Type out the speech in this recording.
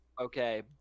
Okay